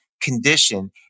condition